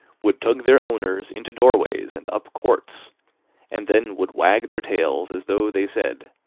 would tug their owners into doorways and up courts and then would wag their tails as though they said,